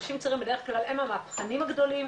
אנשים צעירים בדרך כלל הם המהפכנים הגדולים,